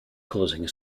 closing